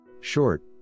Short